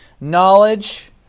Knowledge